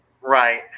right